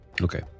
Okay